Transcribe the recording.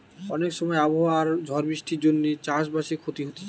অনেক সময় আবহাওয়া আর ঝড় বৃষ্টির জন্যে চাষ বাসে ক্ষতি হতিছে